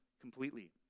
completely